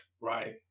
Right